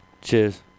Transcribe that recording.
Cheers